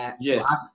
Yes